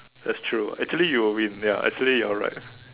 that's true actually you will win there are actually you are right